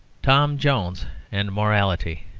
tom jones and morality